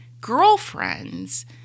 girlfriends